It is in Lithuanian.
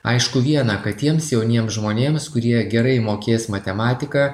aišku viena kad tiems jauniem žmonėms kurie gerai mokės matematiką